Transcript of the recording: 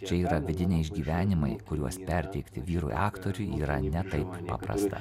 čia yra vidiniai išgyvenimai kuriuos perteikti vyrui aktoriui yra ne taip paprasta